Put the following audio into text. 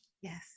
Yes